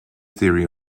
theory